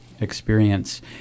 experience